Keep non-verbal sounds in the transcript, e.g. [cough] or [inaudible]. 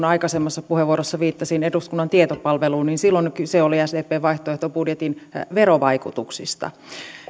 [unintelligible] aikaisemmassa puheenvuorossani viittasin eduskunnan tietopalveluun niin silloin kyse oli sdpn vaihtoehtobudjetin verovaikutuksista